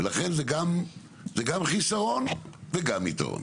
ולכן זה גם, זה גם חיסרון וגם יתרון.